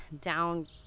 down